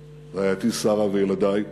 רעייתי שרה וילדי.